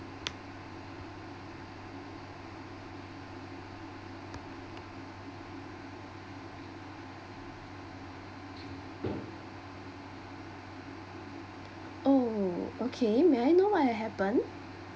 oh okay may I know what had happen